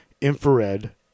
infrared